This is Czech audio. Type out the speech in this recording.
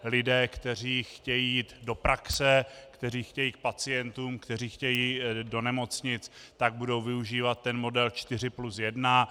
Lidé, kteří chtějí jít do praxe, kteří chtějí k pacientům, kteří chtějí do nemocnic, budou využívat model 4+1.